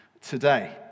today